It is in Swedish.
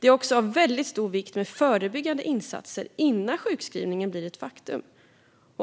Det är också av väldigt stor vikt med förebyggande insatser innan sjukskrivningen blir ett faktum.